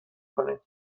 کنیم